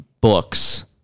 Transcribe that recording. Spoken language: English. books